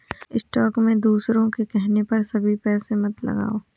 stock में दूसरों के कहने पर कभी पैसे मत लगाओ